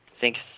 Thanks